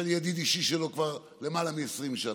שאני ידיד אישי שלי כבר למעלה מ-20 שנה,